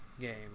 game